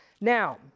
Now